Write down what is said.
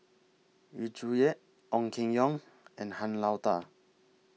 Yu Zhuye Ong Keng Yong and Han Lao DA